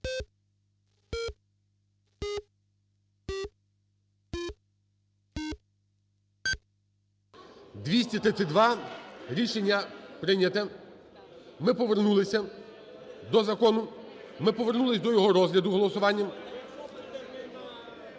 За-232 Рішення прийнято. Ми повернулися до закону, ми повернулись до його розгляду голосуванням.